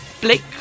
Blake